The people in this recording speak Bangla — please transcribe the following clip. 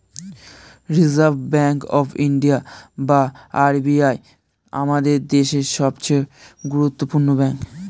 রিসার্ভ ব্যাঙ্ক অফ ইন্ডিয়া বা আর.বি.আই আমাদের দেশের সবচেয়ে গুরুত্বপূর্ণ ব্যাঙ্ক